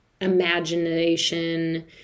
imagination